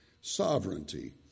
sovereignty